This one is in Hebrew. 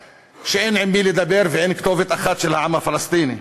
שאין עם מי לדבר ואין כתובת אחת של העם הפלסטיני.